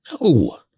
No